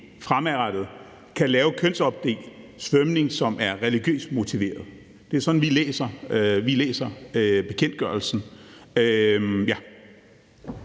fremadrettet kan lave kønsopdelt svømning, som er religiøst motiveret. Det er sådan, vi læser bekendtgørelsen.